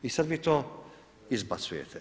I sada vi to izbacujete.